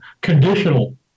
conditional